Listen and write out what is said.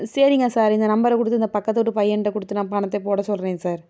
சரிங்க சார் இந்த நம்பர் கொடுத்து இந்த பக்கத்து வீட்டு பையன்கிட்ட கொடுத்து நான் பணத்தை போட சொல்கிறேன் சார்